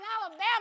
Alabama